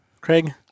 Craig